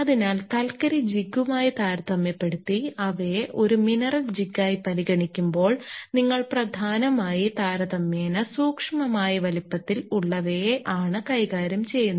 അതിനാൽ കൽക്കരി ജിഗുമായി താരതമ്യപ്പെടുത്തി അവയെ ഒരു മിനറൽ ജിഗ്ഗായി പരിഗണിക്കുമ്പോൾനിങ്ങൾ പ്രധാനമായി താരതമ്യേന സൂക്ഷ്മമായ വലിപ്പത്തിൽ ഉള്ളവയെ ആണ് കൈകാര്യം ചെയ്യുന്നത്